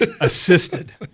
assisted